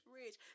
rich